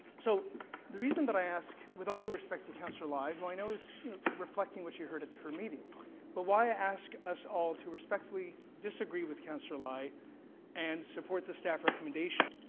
so the reason that i ask with all due respect, to councillor lai who i know is reflecting what she heard at her meeting but why i ask us all to respectfully disagree with councillor lai and support the staff recommendation,